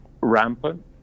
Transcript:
rampant